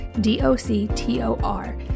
D-O-C-T-O-R